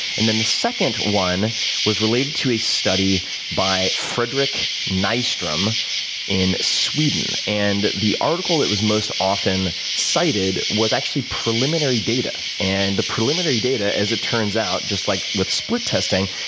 and then, the second one was related to a study by fredrik nystrom in sweden. and the article that was most often cited was actually preliminary data. and the preliminary data, as it turns out, just like with split testing,